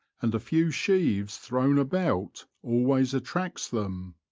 and a few sheaves thrown about always attracts them.